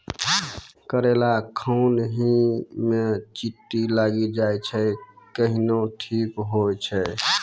करेला खान ही मे चित्ती लागी जाए छै केहनो ठीक हो छ?